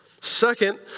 Second